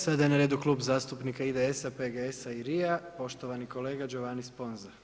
Sada je na redu Klub zastupnika IDS-a, PGS-a i RIA, poštovani kolega Giovanni Sponza.